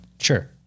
Sure